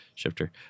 shifter